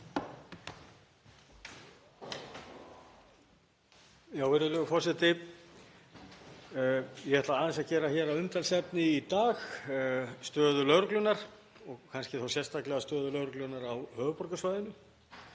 Virðulegur forseti. Ég ætla aðeins að gera hér að umtalsefni í dag stöðu lögreglunnar og kannski þá sérstaklega stöðu lögreglunnar á höfuðborgarsvæðinu.